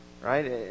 Right